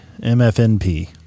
MFNP